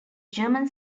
german